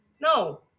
No